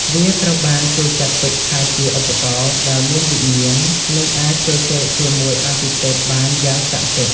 វាត្រូវបានគេចាត់ទុកថាជាឧបករណ៍ដែលមានវិញ្ញាណ និងអាចជជែកជាមួយអាទិទេពបានយ៉ាងស័ក្តិសិទ្ធិ។